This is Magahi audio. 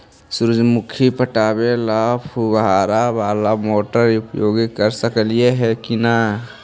सुरजमुखी पटावे ल फुबारा बाला मोटर उपयोग कर सकली हे की न?